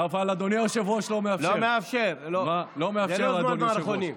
לא מאשר, זה לא זמן מערכונים.